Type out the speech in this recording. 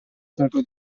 cercò